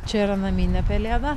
čia yra naminė pelėda